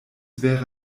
wäre